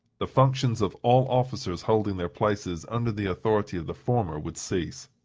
the functions of all officers holding their places under the authority of the former would cease.